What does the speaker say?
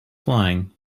flying